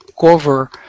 cover